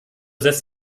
setzen